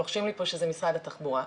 לוחשים לי פה שזה משרד התחבורה,